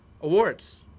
awards